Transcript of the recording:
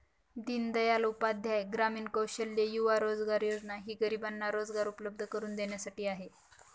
दीनदयाल उपाध्याय ग्रामीण कौशल्य युवा रोजगार योजना ही गरिबांना रोजगार उपलब्ध करून देण्यासाठी आहे